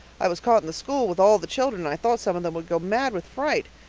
i was caught in the school with all the children and i thought some of them would go mad with fright.